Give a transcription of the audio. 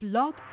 Blog